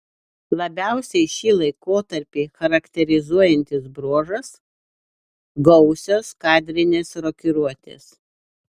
labiausiai šį laikotarpį charakterizuojantis bruožas gausios kadrinės rokiruotės